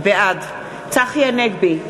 בעד צחי הנגבי,